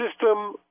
system